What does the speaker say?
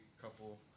couple